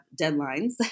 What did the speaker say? deadlines